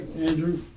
Andrew